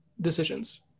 decisions